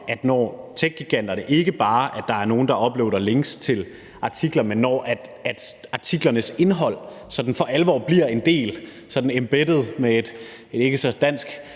at når techgiganterne ikke bare lader nogle uploade links til artikler, men når artiklernes indhold sådan for alvor bliver en del – sådan »embedded«, som det hedder med et ikke så dansk